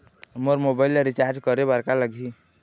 मोर mobile ला recharge करे बर का लगही?